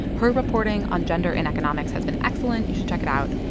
her reporting on gender and economics has been excellent. you should check it out.